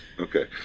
Okay